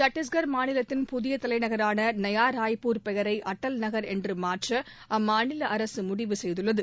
சத்தீஸ்கர் மாநிலத்தின் புதிய தலைநகரான நயா ராய்ப்பூர் பெயரை அடல் நகர் என்று மாற்ற அம்மாநில அரசு முடிவு செய்துள்ளது